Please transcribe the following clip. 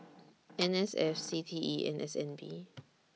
N S F C T E and S N B